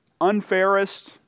unfairest